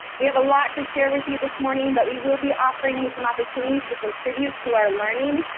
we have a lot to share with you this morning, but we will be offering you some opportunities to contribute to our learning,